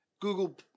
google